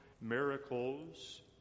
miracles